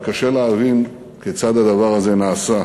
וקשה להבין כיצד הדבר הזה נעשה.